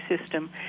system